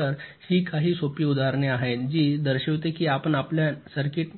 तर ही काही सोपी उदाहरणे आहेत जी दर्शविते की आपण आपल्या सर्किट